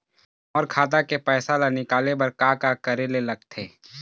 मोर खाता के पैसा ला निकाले बर का का करे ले लगथे?